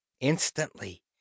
Instantly